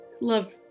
love